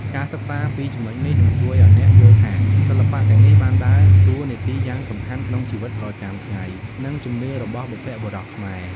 ការសិក្សាពីចំណុចនេះ នឹងជួយឱ្យអ្នកយល់ថា សិល្បៈទាំងនេះបានដើរតួនាទីយ៉ាងសំខាន់ក្នុងជីវិតប្រចាំថ្ងៃ និងជំនឿរបស់បុព្វបុរសខ្មែរ។